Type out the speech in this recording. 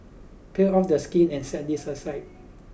peel off the skin and set this aside